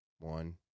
one